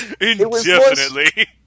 Indefinitely